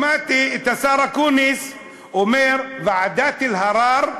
שמעתי את השר אקוניס אומר: ועדת אלהרר,